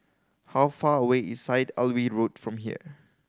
how far away is Syed Alwi Road from here